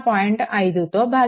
5తో భాగించాలి v2 0